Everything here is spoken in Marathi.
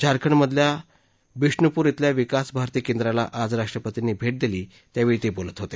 झारखंडमधल्या विष्णुपूर बिल्या विकासभारती केंद्राला आज राष्ट्रपतींनी भेट दिली त्यावेळी ते बोलत होते